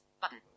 Button